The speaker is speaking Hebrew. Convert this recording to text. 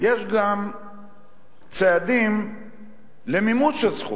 יש גם צעדים למימוש הזכות.